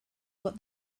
what